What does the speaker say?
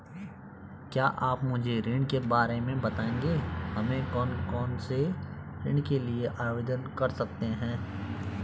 क्या आप मुझे ऋण के बारे में बताएँगे हम कौन कौनसे ऋण के लिए आवेदन कर सकते हैं?